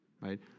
Right